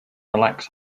relax